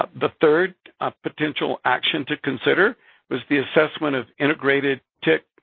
ah the third potential action to consider was the assessment of integrated tick